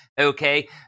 okay